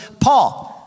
Paul